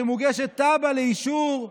שמוגשת תב"ע לאישור,